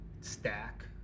stack